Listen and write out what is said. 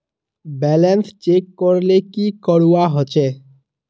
Balance check करले की करवा होचे?